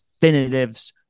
definitives